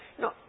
No